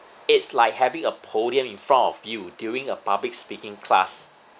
it's like having a podium in front of you during a public speaking class